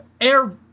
Air